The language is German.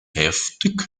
heftig